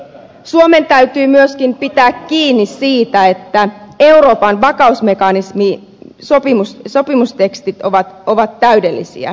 suomen täytyy myöskin pitää kiinni siitä että euroopan vakausmekanismin sopimustekstit ovat täydellisiä